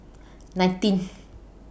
nineteen